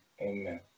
amen